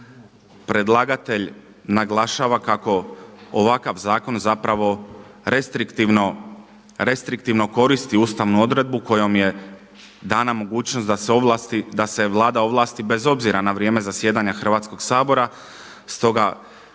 mandat. Predlagatelj naglašava kako ovakav zakon zapravo restriktivno koristi ustavnu odredbu kojom je dana mogućnost da se ovlasti, da se Vlada ovlasti bez obzira na vrijeme zasjedanja Hrvatskog sabora.